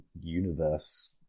universe